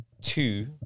Two